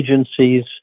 agencies